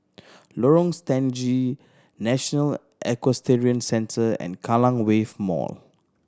Lorong Stangee National Equestrian Centre and Kallang Wave Mall